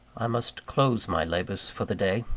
i must close my labours for the day,